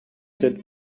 that